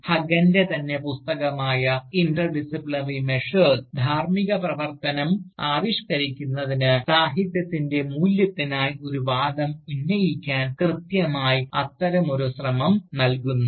ഹഗ്ഗൻറെ തന്നെ പുസ്തകമായ interdisciplinary measures ധാർമ്മിക പ്രവർത്തനം ആവിഷ്കരിക്കുന്നതിന് സാഹിത്യത്തിൻറെ മൂല്യത്തിനായി ഒരു വാദം ഉന്നയിക്കാൻ കൃത്യമായി അത്തരമൊരു ശ്രമം നൽകുന്നു